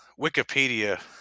Wikipedia